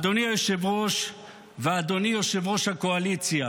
אדוני היושב-ראש ואדוני יושב-ראש הקואליציה,